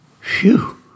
Phew